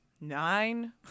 nine